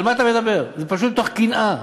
זה פשוט מתוך קנאה.